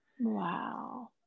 Wow